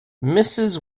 mrs